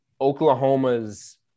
Oklahoma's